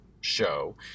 show